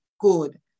good